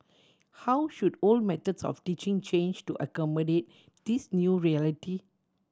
how should old methods of teaching change to accommodate this new reality